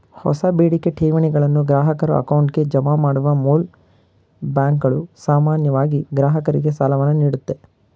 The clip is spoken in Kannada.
ಹೊಸ ಬೇಡಿಕೆ ಠೇವಣಿಗಳನ್ನು ಗ್ರಾಹಕರ ಅಕೌಂಟ್ಗೆ ಜಮಾ ಮಾಡುವ ಮೂಲ್ ಬ್ಯಾಂಕ್ಗಳು ಸಾಮಾನ್ಯವಾಗಿ ಗ್ರಾಹಕರಿಗೆ ಸಾಲವನ್ನು ನೀಡುತ್ತೆ